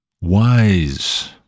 wise